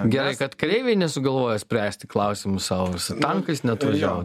gerai kad kareiviai nesugalvojo spręsti klausimus savo su tankais neatvažiavo